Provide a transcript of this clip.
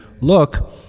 look